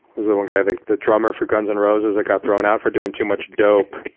is the one guy, like the drummer for guns and roses that got thrown out for doing too much dope.